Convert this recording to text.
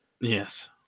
Yes